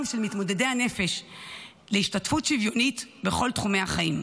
של מתמודדי הנפש להשתתפות שוויוניות בכל תחומי החיים.